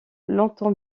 longtemps